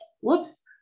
whoops